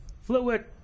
Fluid